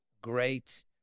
great